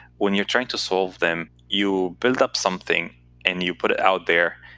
when you're trying to solve them, you build up something and you put it out there,